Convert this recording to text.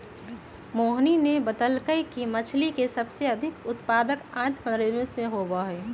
मोहिनी ने बतल कई कि मछ्ली के सबसे अधिक उत्पादन आंध्रप्रदेश में होबा हई